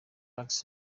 packs